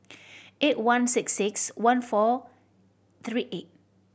eight one six six one four three eight